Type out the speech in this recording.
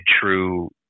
true